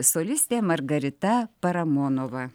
solistė margarita paramonova